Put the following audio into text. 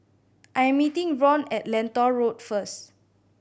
I am meeting Ron at Lentor Road first